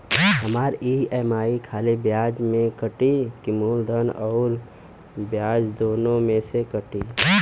हमार ई.एम.आई खाली ब्याज में कती की मूलधन अउर ब्याज दोनों में से कटी?